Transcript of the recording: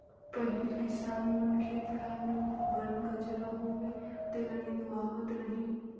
पहिले किसान मन खेत खार मे बन कचरा होवे तेला निंदवावत रिहन